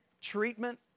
treatment